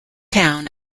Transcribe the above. town